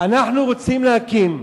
אנחנו רוצים להקים,